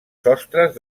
sostres